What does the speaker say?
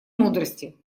мудрости